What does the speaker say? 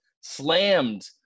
slammed